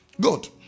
Good